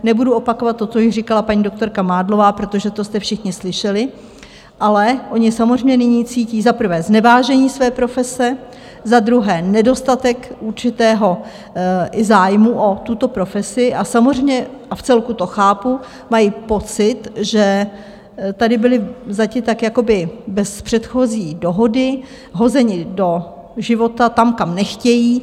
Nebudu opakovat to, co již říkala paní doktorka Mádlová, protože to jste všichni slyšeli, ale oni samozřejmě nyní cítí za prvé znevážení své profese, za druhé nedostatek určitého i zájmu o tuto profesi, a samozřejmě, a vcelku to chápu, mají pocit, že tady byli vzati jakoby bez předchozí dohody, hozeni do života tam, kam nechtějí.